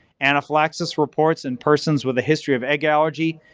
anaphylaxis reports in persons with a history of egg allergy,